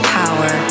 power